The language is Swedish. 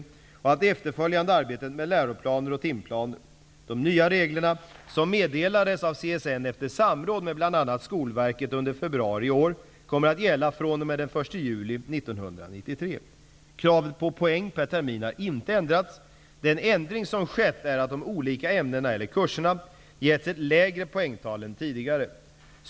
De nya reglerna, som meddelades av CSN efter samråd med bl.a. Skolverket under februari i år, kommer att gälla fr.o.m. den 1 juli 1993. Kravet på poäng per termin har inte ändrats. Den ändring som skett är att de olika ämnena/kurserna getts ett lägre poängtal än tidigare.